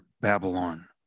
Babylon